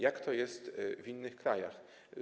Jak to jest w innych krajach?